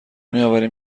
میآوریم